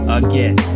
again